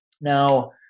Now